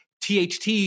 THT